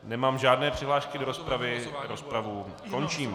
Nemám žádné přihlášky do rozpravy, rozpravu končím.